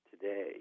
today